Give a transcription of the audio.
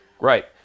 right